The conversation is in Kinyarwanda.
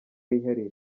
yihariye